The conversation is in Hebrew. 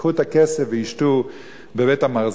ייקחו את הכסף וישתו בבית-המרזח,